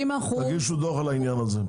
תגישו דו"ח על העניין הזה.